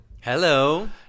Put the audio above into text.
Hello